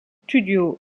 studios